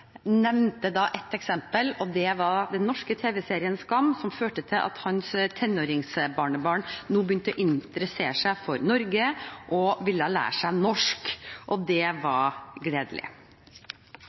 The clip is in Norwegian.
nevnte ett eksempel: Den norske tv-serien Skam hadde ført til at hans tenåringsbarnebarn nå begynte å interessere seg for Norge og ville lære seg norsk. Det var